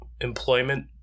employment